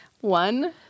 One